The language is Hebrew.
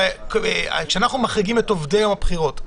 כשאחנו מחריגים את עובדי יום הבחירות,